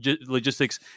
logistics